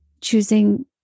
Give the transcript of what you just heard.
choosing